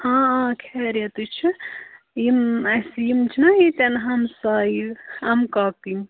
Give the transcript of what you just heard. آ آ خیریتٕے چھِ یِم اَسہِ یِم چھِنا ییٚتٮ۪ن ہَمسایہِ اَمہٕ کاکٕنۍ